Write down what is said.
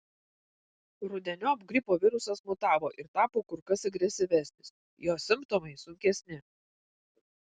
rudeniop gripo virusas mutavo ir tapo kur kas agresyvesnis jo simptomai sunkesni